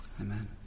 Amen